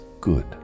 good